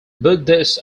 buddhist